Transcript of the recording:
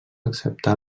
acceptà